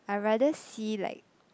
I rather see like